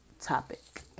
topic